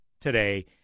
today